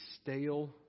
stale